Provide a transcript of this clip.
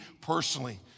personally